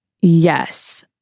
Yes